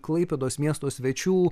klaipėdos miesto svečių